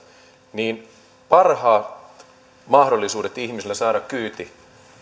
niin parhaat mahdollisuudet ihmisillä on saada kyyti